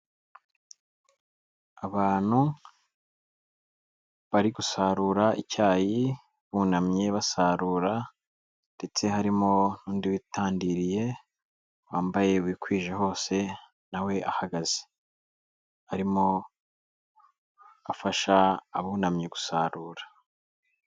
Abantu bari gusarura icyayi, bunamye basarura ndetse harimo n'undi witangiriye wambaye wikwije hose nawe ahagaze, arimo afasha abunamye gusarura.